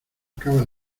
acaba